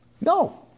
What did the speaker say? No